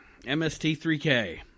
MST3K